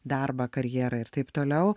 darbą karjerą ir taip toliau